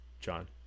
john